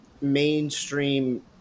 mainstream